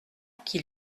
qui